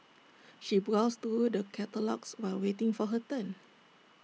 she browsed through the catalogues while waiting for her turn